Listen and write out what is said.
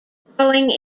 growing